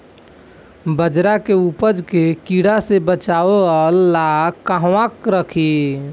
बाजरा के उपज के कीड़ा से बचाव ला कहवा रखीं?